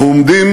אנחנו עומדים